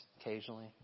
occasionally